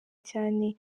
cyane